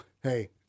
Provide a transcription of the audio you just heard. hey